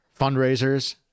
fundraisers